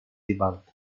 ribalta